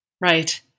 Right